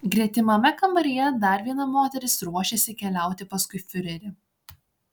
gretimame kambaryje dar viena moteris ruošėsi keliauti paskui fiurerį